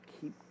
keep